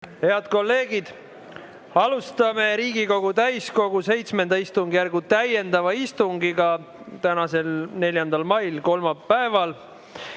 Head kolleegid! Alustame Riigikogu täiskogu VII istungjärgu täiendavat istungit tänasel 4. mail, kolmapäeval.